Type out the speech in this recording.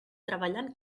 treballant